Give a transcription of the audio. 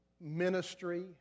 ministry